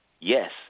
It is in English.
yes